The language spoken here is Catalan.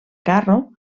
carro